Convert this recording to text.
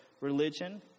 religion